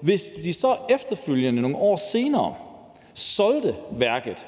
hvis de så efterfølgende nogle år senere solgte værket,